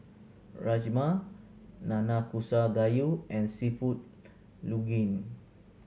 Rajma Nanakusa Gayu and Seafood Linguine